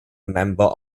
member